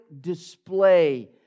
display